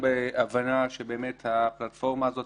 המשטרה שתמיד אמרנו שהם בתוך הממלכה בינתיים,